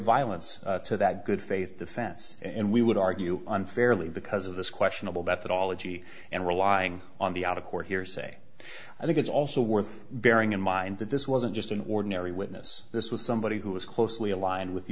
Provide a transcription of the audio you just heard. violence to that good faith defense and we would argue unfairly because of this questionable methodology and relying on the out of court hearsay i think it's also worth bearing in mind that this wasn't just an ordinary witness this was somebody who was closely aligned with the